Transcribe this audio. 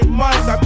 months